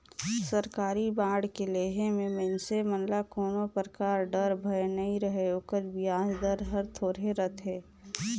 सरकारी बांड के लेहे मे मइनसे मन ल कोनो परकार डर, भय नइ रहें ओकर बियाज दर हर थोरहे रथे